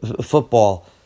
football